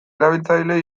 erabiltzaile